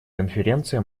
конференция